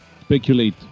Speculate